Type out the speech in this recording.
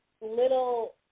little